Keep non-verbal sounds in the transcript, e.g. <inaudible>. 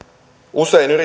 usein <unintelligible>